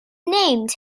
named